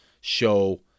show